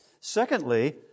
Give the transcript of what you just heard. Secondly